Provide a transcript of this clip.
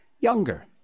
younger